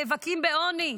נאבקים בעוני.